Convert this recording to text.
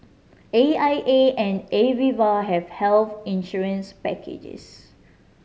A I A and Aviva have health insurance packages